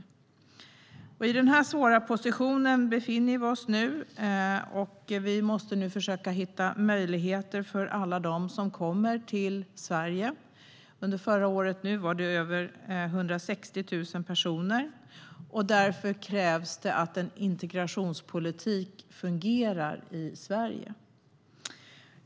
Det är i denna svåra position vi befinner oss nu. Vi måste försöka hitta möjligheter för alla som kommer till Sverige. Under förra året var det över 160 000 personer. Därför krävs en fungerande integrationspolitik i Sverige.